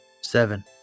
Seven